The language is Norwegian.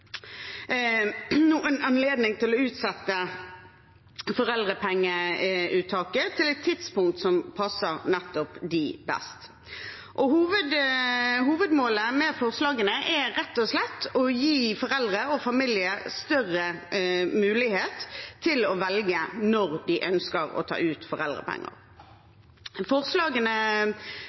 anledning til å utsette foreldrepengeuttaket til et tidspunkt som passer nettopp dem best. Hovedmålet med forslagene er rett og slett å gi foreldre og familier større mulighet til å velge når de ønsker å ta ut foreldrepenger. Forslagene